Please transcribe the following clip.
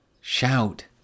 shout